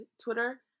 twitter